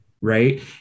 right